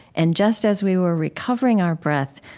and just as we were recovering our breath,